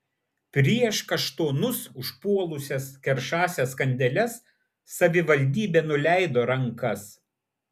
prieš kaštonus užpuolusias keršąsias kandeles savivaldybė nuleido rankas